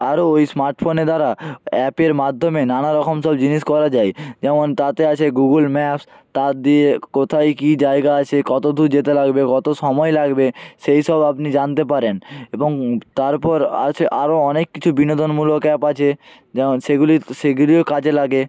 আরও ওই স্মার্ট ফোনের দ্বারা অ্যাপের মাধ্যমে নানা রকম সব জিনিস করা যায় যেমন তাতে আছে গুগল ম্যাপস তা দিয়ে কোথায় কী জায়গা আছে কত দূর যেতে লাগবে কত সময় লাগবে সেই সব আপনি জানতে পারেন এবং তারপর আছে আরও অনেক কিছু বিনোদনমূলক অ্যাপ আছে যেমন সেগুলি সেগুলিও কাজে লাগে